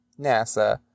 NASA